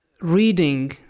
reading